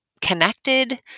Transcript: connected